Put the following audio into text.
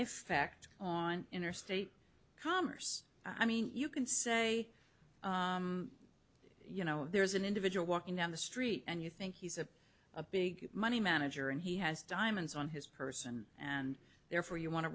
effect on interstate commerce i mean you can say you know there's an individual walking down the street and you think he's a big money manager and he has diamonds on his person and therefore you want to